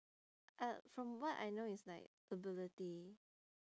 uh from what I know it's like ability